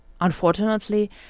unfortunately